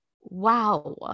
Wow